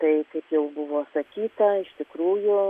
tai kaip jau buvo sakyta iš tikrųjų